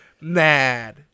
mad